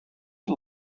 you